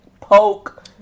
poke